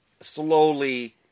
slowly